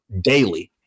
daily